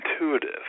intuitive